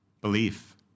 Belief